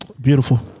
Beautiful